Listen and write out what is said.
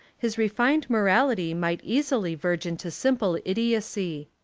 his refined morality might easily verge into simple idiocy.